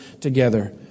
together